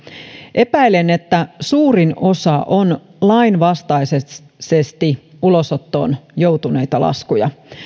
epäilen että suurin osa on lainvastaisesti ulosottoon joutuneita laskuja